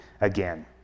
again